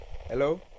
Hello